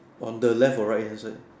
on the left or right hand side